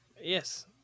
Yes